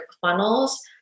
funnels